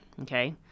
Okay